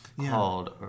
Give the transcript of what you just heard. called